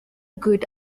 good